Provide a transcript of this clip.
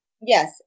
yes